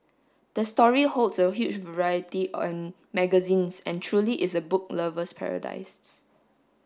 the story holds a huge variety magazines and truly is a book lover's paradises